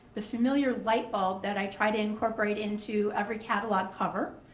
the familiar light bulb that i try to incorporate into every catalog cover.